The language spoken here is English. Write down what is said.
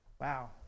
Wow